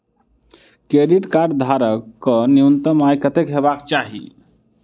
Credit card धारक कऽ न्यूनतम आय कत्तेक हेबाक चाहि?